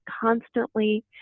constantly